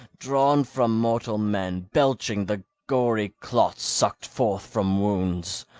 drawn from mortal men, belching the gory clots sucked forth from wounds.